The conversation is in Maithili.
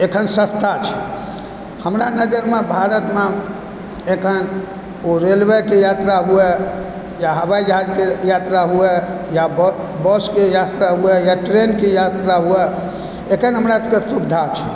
एखन सस्ता छै हमरा नजरिमे भारतमे एखन ओ रेलवेके यात्रा होइ या हवाई जहाजके यात्रा होइ या बसके यात्रा होइ या ट्रेनके यात्रा होइ एखन हमरा सबके सुविधा छै